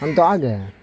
ہم تو آ گئے